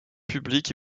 publics